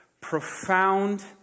profound